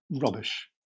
rubbish